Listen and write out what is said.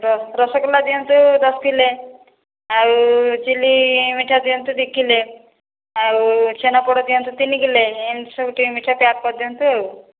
ରସଗୋଲା ଦିଅନ୍ତୁ ଦଶ କିଲୋ ଆଉ ଚିଲି ମିଠା ଦିଅନ୍ତୁ ଦୁଇ କିଲୋ ଆଉ ଛେନାପୋଡ଼ ଦିଅନ୍ତୁ ତିନି କିଲୋ ଏମିତି ସବୁ ଟିକେ ମିଠା ପ୍ୟାକ୍ କରିଦିଅନ୍ତୁ ଆଉ